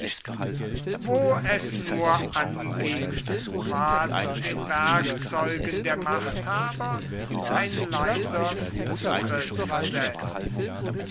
wo es nur anging ward den werkzeugen der machthaber ein leiser fußtritt versetzt